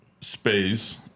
space